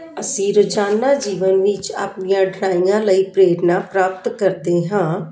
ਅਸੀਂ ਰੋਜ਼ਾਨਾ ਜੀਵਨ ਵਿੱਚ ਆਪਣੀਆਂ ਡਰਾਇੰਗਾਂ ਲਈ ਪ੍ਰੇਰਨਾ ਪ੍ਰਾਪਤ ਕਰਦੇ ਹਾਂ